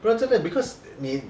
不然这个 because 你